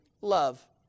love